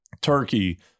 Turkey